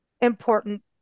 important